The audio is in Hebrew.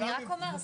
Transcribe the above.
אני מבין את זה.